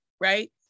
right